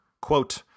Quote